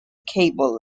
cable